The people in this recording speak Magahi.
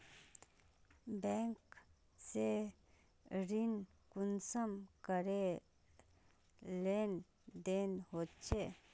बैंक से ऋण कुंसम करे लेन देन होए?